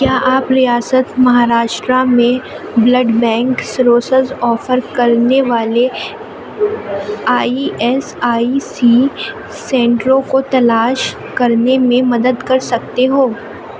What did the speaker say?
کیا آپ ریاست مہاراشٹرا میں بلڈ بینک سروسز آفر کرنے والے آئی ایس آئی سی سنٹروں کو تلاش کرنے میں مدد کر سکتے ہو